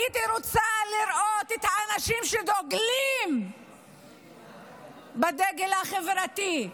הייתי רוצה לראות את האנשים שדוגלים בדגל החברתי,